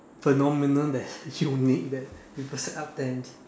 phenomenon that's unique that people set up tents